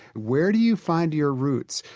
where do you find your roots?